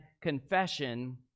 Confession